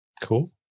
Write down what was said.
cool